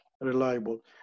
reliable